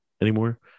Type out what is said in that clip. anymore